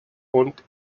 und